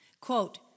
Quote